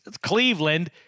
Cleveland